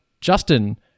Justin